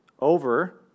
over